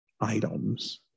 items